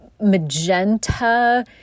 magenta